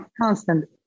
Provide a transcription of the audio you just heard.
constant